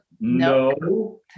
No